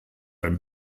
ein